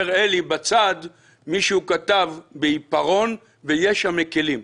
אומר אלי שבצד מישהו כתב בעיפרון: ויש המקילים.